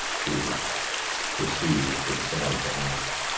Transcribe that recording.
to perceive, to decide to act.